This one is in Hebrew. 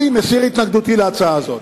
אני מסיר את התנגדותי להצעה הזאת.